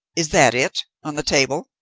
is that it? on the table?